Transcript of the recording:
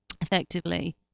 effectively